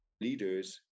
Leaders